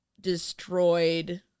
destroyed